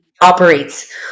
operates